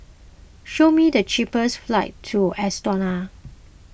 show me the cheapest flights to Estonia